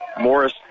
Morris